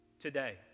today